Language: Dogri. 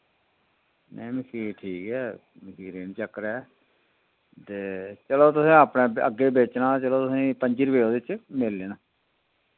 नेईं मखीर ठीक ऐ मखीरे नि चक्कर ऐ ते चलो तुसें अपने अग्गै बेचना चलो तुसें ई पं'जी रपे उदे च मिलने न